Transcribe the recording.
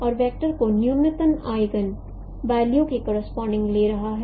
और वेक्टर को न्यूनतम आईगन वैल्यू के करोसपोंडिंग ले रहा है